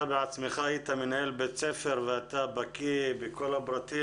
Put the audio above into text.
אתה בעצמך היית מנהל בית ספר ואתה בקי בכל הפרטים.